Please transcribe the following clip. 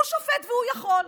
הוא שופט והוא יכול.